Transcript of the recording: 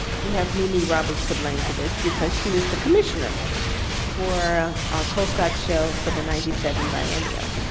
we have mimi roberts to blame for this because she was the commissioner for colescott show for the ninety seven biennial.